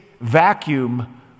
vacuum